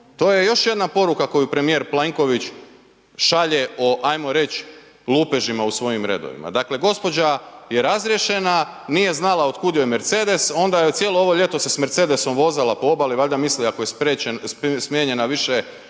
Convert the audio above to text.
to je još jedna poruka koju premijer Plenković šalje o ajmo reć lupežima u svojim redovima. Dakle, gospođa je razriješena, nije znala otkud joj Mercedes, onda je cijelo ovo ljeto se s Mercedosom vozala po obali, valjda misli ako je smijenjena više,